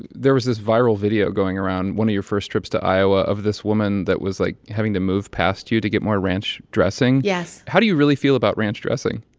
there was this viral video going around one of your first trips to iowa of this woman that was, like, having to move past you to get more ranch dressing yes how do you really feel about ranch dressing?